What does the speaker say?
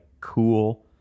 cool